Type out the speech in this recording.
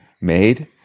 made